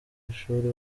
ishuri